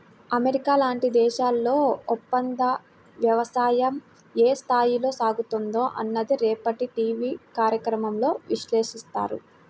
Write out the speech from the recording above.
America లాంటి దేశాల్లో ఒప్పందవ్యవసాయం ఏ స్థాయిలో సాగుతుందో అన్నది రేపటి టీవీ కార్యక్రమంలో విశ్లేషిస్తారు